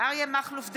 אריה מכלוף דרעי,